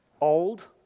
Old